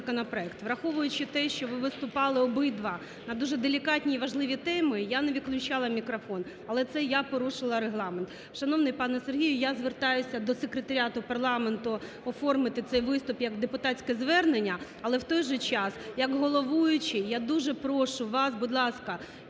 Враховуючи те, що ви виступали обидва на дуже делікатні і важливі теми, я не виключала мікрофон. Але це я порушила Регламент. Шановний пане Сергію, я звертаюся до Секретаріату парламенту оформити цей виступ як депутатське звернення. Але, в той же час, як головуючий я дуже прошу вас, будь ласка,